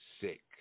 sick